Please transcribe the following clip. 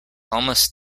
almost